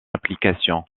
application